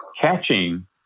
catching